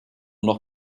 noch